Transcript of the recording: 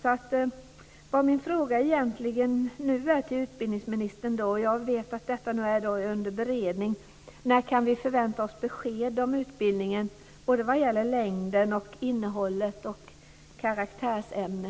Jag vet att detta är under beredning, men min fråga till utbildningsministern blir: När kan vi förvänta oss besked om utbildningen vad gäller längden, innehållet och karaktärsämne?